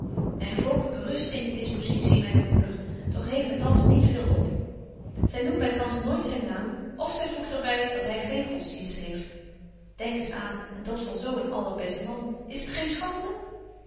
myn voogd berustte in de dispositie myner moeder doch heeft met tante niet veel op zy noemt bykans nooit zyn naam of zy voegt er by dat hy geen godsdienst heeft denk eens aan en dat van zo een allerbest man is t geen schande